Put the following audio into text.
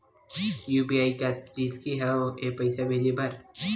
UPI का रिसकी हंव ए पईसा भेजे बर?